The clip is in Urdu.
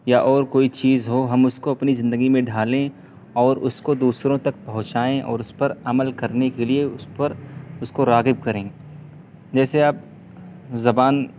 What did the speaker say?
یا اور کوئی چیز ہو ہم اس کو اپنی زندگی میں ڈھالیں اور اس کو دوسروں تک پہنچائیں اور اس پر عمل کرنے کے لیے اس پر اس کو راغب کریں جیسے آپ زبان